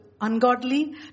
ungodly